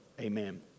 Amen